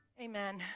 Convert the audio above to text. Amen